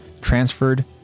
transferred